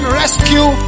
rescue